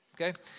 Okay